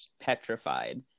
petrified